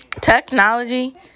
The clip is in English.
Technology